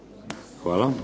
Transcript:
Hvala.